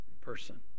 person